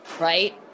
right